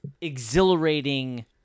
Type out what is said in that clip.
exhilarating